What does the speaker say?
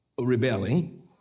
rebelling